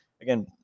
again